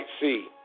see